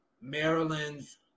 maryland's